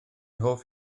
hoff